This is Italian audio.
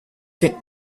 che